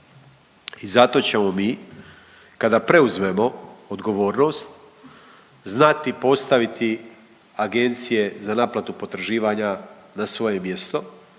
I zato ćemo mi kada preuzmemo odgovornost znati postaviti agencije za naplatu potraživanja na svoje mjesto,